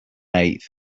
eighth